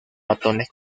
ratones